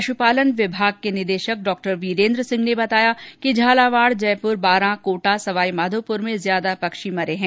पश्पालन विभाग के निदेशक डॉ वीरेन्द्र सिंह ने बताया कि झालावाड जयप्र बारा कोटा सवाईमाधोप्र में ज्यादा पक्षी मरे हैं